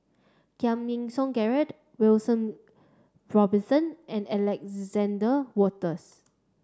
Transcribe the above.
Giam Yean Song Gerald William Robinson and Alexander Wolters